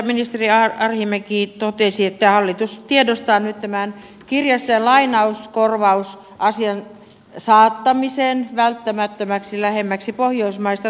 hyvä että ministeri arhinmäki totesi että hallitus tiedostaa nyt tämän kirjastojen lainauskorvausasian saattamisen lähemmäksi pohjoismaista tasoa välttämättömäksi